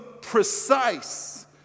precise